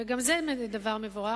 וגם זה דבר מבורך,